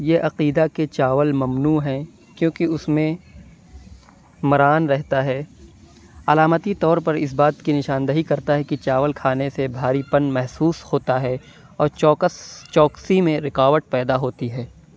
یہ عقیدہ کہ چاول ممنوع ہے کیوں کہ اس میں مران رہتا ہے علامتی طور پر اس بات کی نشان دہی کرتا ہے کہ چاول کھانے سے بھاری پن محسوس ہوتا ہے اور چوکس چوکسی میں رکاوٹ پیدا ہوتی ہے